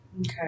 Okay